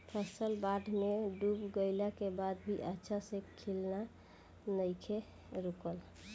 फसल बाढ़ में डूब गइला के बाद भी अच्छा से खिलना नइखे रुकल